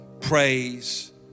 praise